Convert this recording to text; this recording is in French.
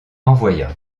renvoya